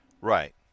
Right